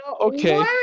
Okay